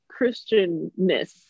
christianness